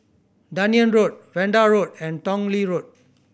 Dunearn Road Vanda Road and Tong Lee Road